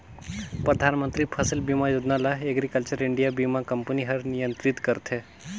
परधानमंतरी फसिल बीमा योजना ल एग्रीकल्चर इंडिया बीमा कंपनी हर नियंत्रित करथे